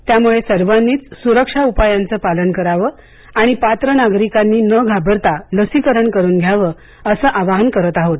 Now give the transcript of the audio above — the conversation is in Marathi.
त्यामुळे सर्वांनीच स्रक्षा उपायांचं पालन करावं आणि पात्र नागरिकांनी न घाबरता लसीकरण करून घ्यावं असं आवाहन करत आहोत